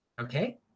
Okay